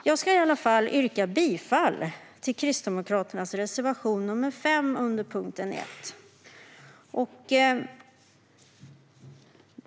Jag yrkar bifall till Kristdemokraternas reservation nr 5 under punkt 1.